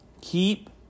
Keep